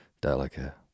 Delicate